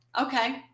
Okay